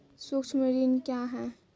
सुक्ष्म ऋण क्या हैं?